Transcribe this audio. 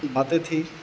باتیں تھی